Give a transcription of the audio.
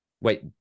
wait